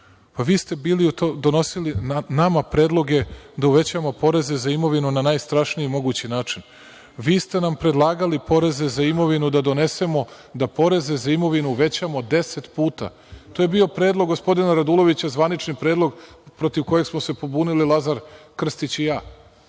Vi ste donosili nama predloge da uvećamo poreze za imovinu na najstrašniji mogući način. Vi ste nam predlagali poreze za imovinu da donesemo, da poreze za imovinu uvećamo deset puta. To je bio predlog gospodina Radulovića, zvanični predlog protiv kojeg smo se pobunili Lazar Krstić i ja.